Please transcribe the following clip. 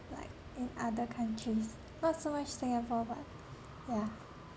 like in other countries not so much singapore but yeah